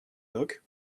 look